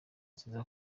ziza